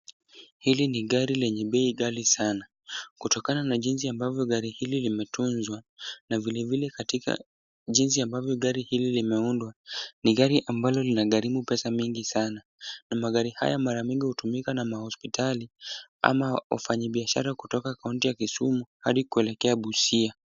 Hili ni gari lenye bei ghali sana. Kutokana na jinsi ambavyo gari hili limetunzwa na vilevile katika jinsi ambavyo gari hili limeundwa, ni gari ambalo linagharimu pesa mingi sana na magari haya mara mingi hutumika na mahospitali ama wafanyibiashara kutoka kaunti ya Kisumu hadi kuelekea Busia.